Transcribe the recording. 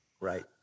Right